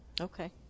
Okay